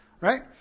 right